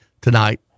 tonight